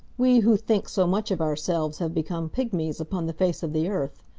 we who think so much of ourselves have become pigmies upon the face of the earth.